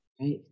Right